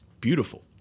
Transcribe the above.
beautiful